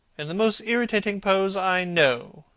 and the most irritating pose i know,